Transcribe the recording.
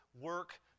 work